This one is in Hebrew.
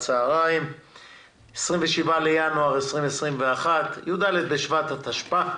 היום 27 לינואר 2021, י"ד בשבט התשפ"א,